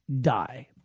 Die